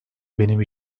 benim